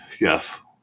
yes